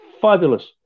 fabulous